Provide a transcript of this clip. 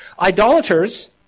Idolaters